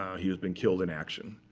he has been killed in action.